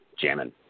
jamming